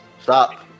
Stop